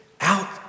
out